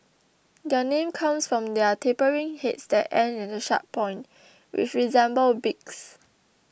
their name comes from their tapering heads that end in a sharp point which resemble beaks